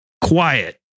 quiet